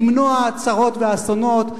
למנוע צרות ואסונות,